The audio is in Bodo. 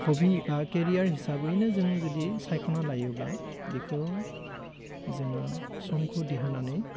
हबि बा केरियार हिसाबैनो जों जुदि सायख'ना लायोब्ला बिखौ जोङो समखौ दिहुननानै